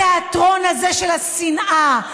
התיאטרון הזה של השנאה,